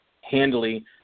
handily